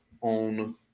on